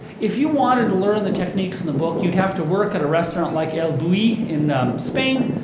if you wanted to learn the techniques in the book, you'd have to work at a restaurant like el bulli in spain.